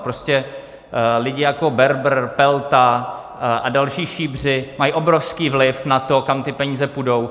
Prostě lidi jako Berbr, Pelta a další šíbři mají obrovský vliv na to, kam ty peníze půjdou.